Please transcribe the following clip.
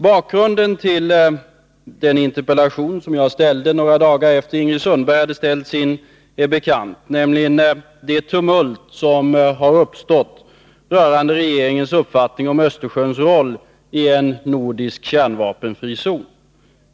Bakgrunden till den interpellation som jag ställde någrä dagar efter det att Ingrid Sundberg ställt sin är bekant, nämligen det tumult som uppstod rörande regeringens uppfattning om Östersjöns roll i en nordisk kärnvapenfri zon.